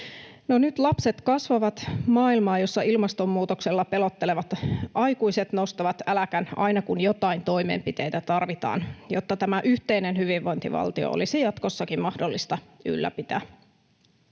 nyt lapset kasvavat maailmaan, jossa ilmastonmuutoksella pelottelevat aikuiset nostavat äläkän aina, kun jotain toimenpiteitä tarvitaan, jotta tämä yhteinen hyvinvointivaltio olisi jatkossakin mahdollista ylläpitää.